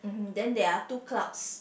then there are two clouds